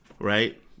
right